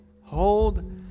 hold